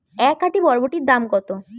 এক আঁটি বরবটির দাম কত?